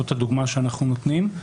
זאת הדוגמה שאנחנו נותנים,